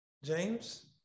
James